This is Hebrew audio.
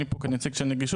אני פה כנציג של נגישות,